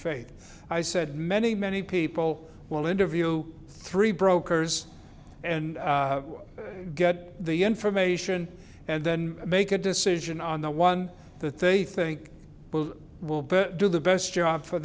faith i said many many people will interview three brokers and get the information and then make a decision on the one that they think will do the best job for